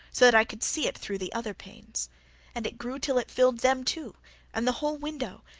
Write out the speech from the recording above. so that i could see it through the other panes and it grew till it filled them too and the whole window,